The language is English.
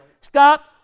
stop